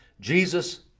Jesus